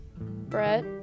Brett